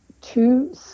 two